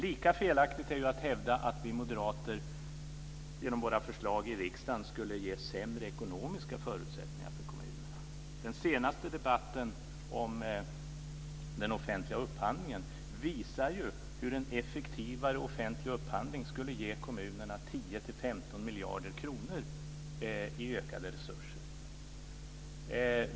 Lika felaktigt är det att hävda att vi moderater genom våra förslag i riksdagen skulle ge sämre ekonomiska förutsättningar för kommunerna. Den senaste debatten om den offentliga upphandlingen visar hur en effektivare offentlig upphandling skulle ge kommunerna 10-15 miljarder kronor i ökade resurser.